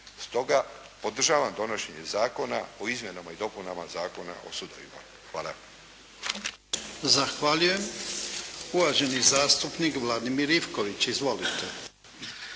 Stoga podržavam donošenje Zakona o izmjenama i dopunama Zakona o sudovima. Hvala. **Jarnjak, Ivan (HDZ)** Zahvaljujem. Uvaženi zastupnik, Vladimir Ivković. Izvolite.